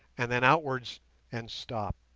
and then outwards and stop.